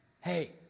Hey